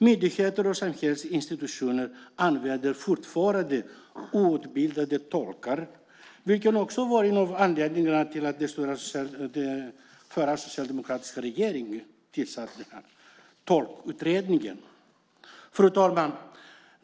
Myndigheter och samhällsinstitutioner använder fortfarande outbildade tolkar, vilket var en av anledningarna till att den förra socialdemokratiska regeringen tillsatte Tolkutredningen. Fru talman!